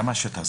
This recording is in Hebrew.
למה שטח?